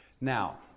Now